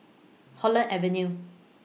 Holland Avenue